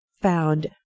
found